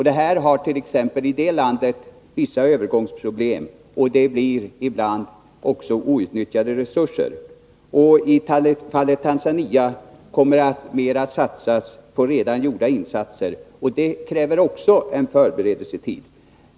Det medför vissa övergångsproblem och ibland också outnyttjade resurser. I Tanzania kommer mer att satsas på att följa upp redan gjorda insatser. Det kräver också en förberedelsetid.